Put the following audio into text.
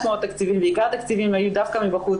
מאוד תקציבים ועיקר התקציבים היו דווקא מבחוץ,